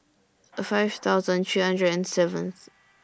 five thousand three hundred and seventh